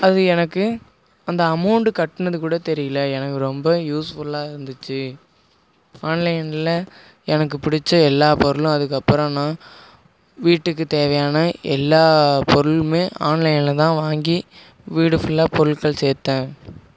அது எனக்கு அந்த அமௌண்ட்டு கட்டினது கூட தெரியல எனக்கு ரொம்ப யூஸ்ஃபுல்லாக இருந்துச்சு ஆன்லைனில் எனக்குப் பிடிச்ச எல்லா பொருளும் அதுக்கப்புறம் நான் வீட்டுக்குத் தேவையான எல்லா பொருளுமே ஆன்லைனில் தான் வாங்கி வீடு ஃபுல்லாக பொருட்கள் சேர்த்தேன்